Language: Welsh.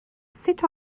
sut